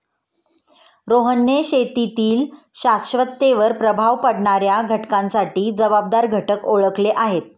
रोहनने शेतीतील शाश्वततेवर प्रभाव पाडणाऱ्या घटकांसाठी जबाबदार घटक ओळखले आहेत